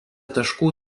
taškų